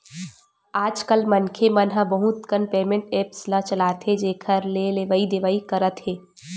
आजकल मनखे मन ह बहुत कन पेमेंट ऐप्स ल चलाथे जेखर ले लेवइ देवइ करत हे